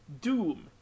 Doom